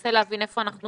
ננסה להבין היכן אנחנו